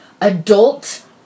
adult